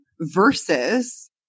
versus